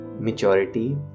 maturity